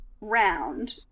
round